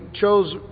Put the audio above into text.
chose